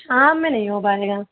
شام میں ںہیں ہو پائے گا